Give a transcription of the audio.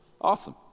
Awesome